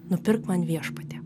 nupirk man viešpatie